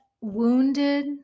wounded